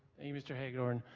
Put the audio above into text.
and you mr. hagedorn.